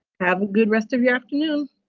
have a good rest of your afternoon.